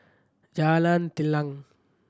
Jalan Telang